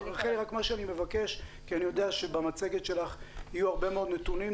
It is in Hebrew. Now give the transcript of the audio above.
מה שאני מבקש אני יודע שבמצגת שלך יהיו הרבה מאוד נתונים,